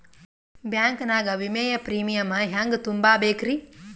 Bank ನಾಗ ವಿಮೆಯ premium ಹೆಂಗ್ ತುಂಬಾ ಬೇಕ್ರಿ?